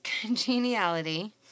Congeniality